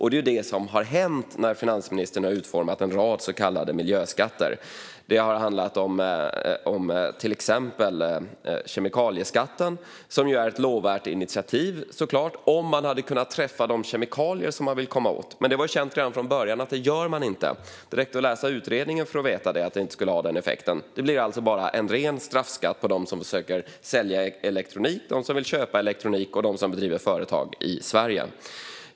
Det är det som har hänt när finansministern har utformat en rad så kallade miljöskatter. Det har till exempel handlat om kemikalieskatten, som såklart hade varit ett lovvärt initiativ om man hade kunnat träffa de kemikalier som man vill komma åt. Men det var känt redan från början att man inte gör det. Det räckte att läsa utredningen för att veta att skatten inte skulle ha den effekten. Det blir alltså bara en ren straffskatt för dem som försöker sälja elektronik, dem som vill köpa elektronik och dem som driver företag i Sverige.